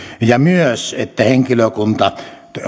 ja myös että henkilökunta